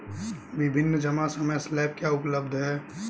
विभिन्न जमा समय स्लैब क्या उपलब्ध हैं?